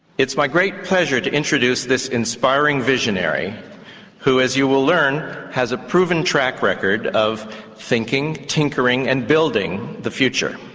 it's my great pleasure to introduce this inspiring visionary who, as you will learn, has a proven track record of thinking, tinkering and building the future.